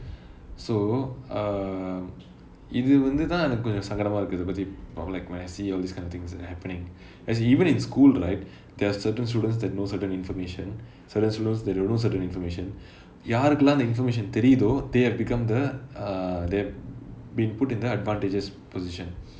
so um இது வந்துதான் எனக்கு கொஞ்சம் சங்கடமா இருக்கு இதை பத்தி:ithu vanthuthaan enakku konjam sangadama irukku ithai pathi I mean like when I see all these kind of things happening as in even in school right there are certain students that know certain information certain students that don't know certain information யாருக்குலாம் அந்த:yaarukkulaam antha information தெரிதோ:theritho they have become the err they've been put in the advantageous position